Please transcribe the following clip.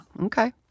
Okay